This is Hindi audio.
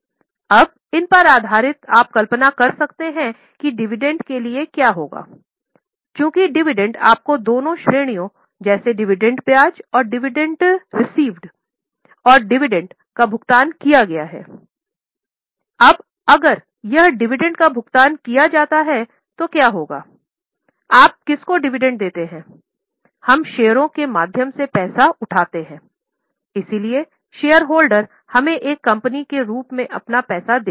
अबअगर यह डिविडेंड है